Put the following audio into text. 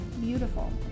Beautiful